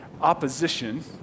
opposition